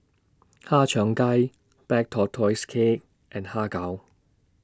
Har Cheong Gai Black Tortoise Cake and Har Kow